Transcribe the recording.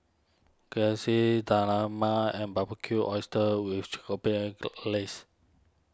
Dal Man and Barbecued Oysters with Glaze